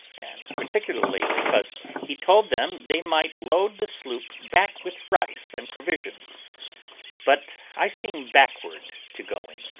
and particularly because he told them they might load the sloop back with rice and provisions but i seemed backward to going,